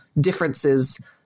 differences